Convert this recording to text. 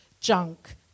junk